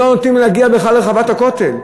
לא נותנים להגיע בכלל לרחבת הכותל.